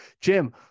jim